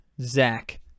Zach